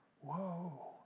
whoa